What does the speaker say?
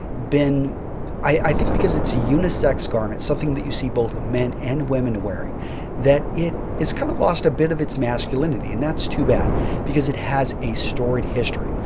been i think because it's a unisex garment, something that you see both men and women wearing that it kind of lost a bit of its masculinity, and that's too bad because it has a stored history.